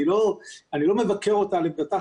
אני לא מבקר אותה על עמדתה,